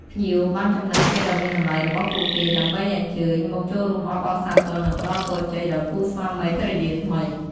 ភ្ញៀវបានចំណាយពេលដ៏មានតម្លៃរបស់ពួកគេ ដើម្បីអញ្ជើញមកចូលរួមអបអរសាទរ និងផ្តល់ពរជ័យដល់គូស្វាមីភរិយាថ្មី។